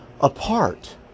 apart